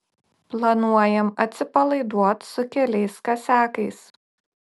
planuojam atsipalaiduot su keliais kasiakais